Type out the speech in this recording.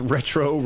Retro